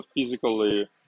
physically